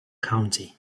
county